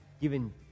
given